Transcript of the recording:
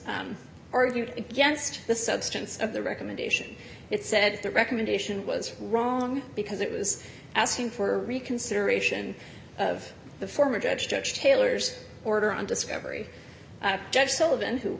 kalos argued against the substance of the recommendation it said the recommendation was wrong because it was asking for reconsideration of the former judge judge taylor's order on discovery judge sullivan who